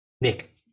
Nick